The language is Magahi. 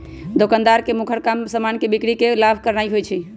दोकानदार के मुखर काम समान के बिक्री कऽ के लाभ कमानाइ होइ छइ